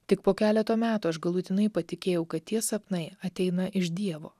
tik po keleto metų aš galutinai patikėjau kad tie sapnai ateina iš dievo